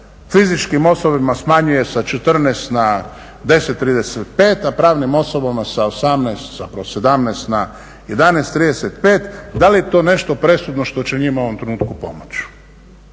fizičkim osobama smanjuje sa 14 na 10,35, a pravnim osobama sa 17 na 11,35 da li je to nešto presudno što će njima u ovom trenutku pomoći?